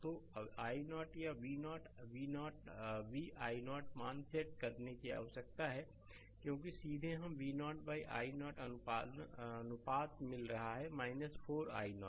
तो i0 या V0 V i0 मान सेट करने की आवश्यकता है क्योंकि सीधे हमें V0 i0 अनुपात मिल रहा है 4 i